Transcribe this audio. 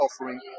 offering